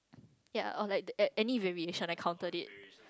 ya or like any remediation that countered it